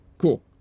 Cool